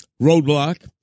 Roadblock